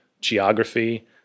geography